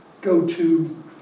go-to